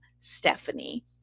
Stephanie